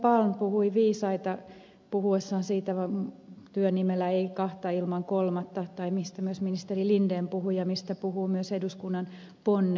palm puhui viisaita puhuessaan siitä työnimellä ei kahta ilman kolmatta mistä myös ministeri linden puhui ja mistä puhuvat myös eduskunnan ponnet